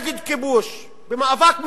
נגד כיבוש במאבק מזוין,